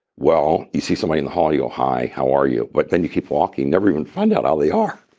well, you see somebody in the hall, you go, hi, how are you? but then you keep walking, never even find out how they are.